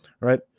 right